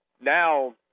now